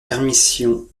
permission